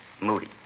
Moody